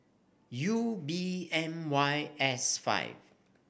U B M Y S five